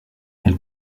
elle